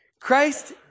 Christ